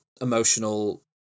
emotional